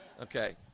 okay